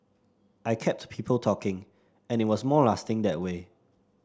I kept people talking and it was more lasting that way